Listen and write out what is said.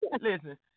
Listen